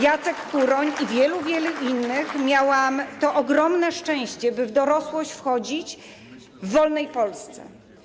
Jacek Kuroń i wielu, wielu innych, miałam to ogromne szczęście, by w dorosłość wchodzić w wolnej Polsce.